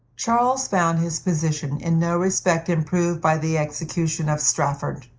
charles found his position in no respect improved by the execution of strafford.